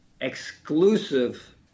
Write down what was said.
exclusive